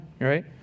right